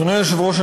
אדוני היושב-ראש,